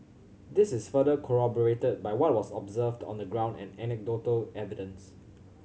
this is further corroborated by what was observed on the ground and anecdotal evidence